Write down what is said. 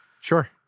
Sure